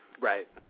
Right